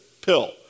pill